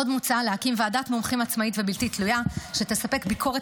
עוד מוצע להקים ועדת מומחים עצמאית ובלתי תלויה שתספק ביקורת